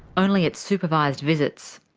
only at supervised visits.